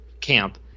camp